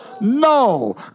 no